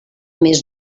més